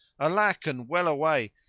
alack and well away!